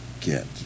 get